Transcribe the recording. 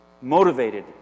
motivated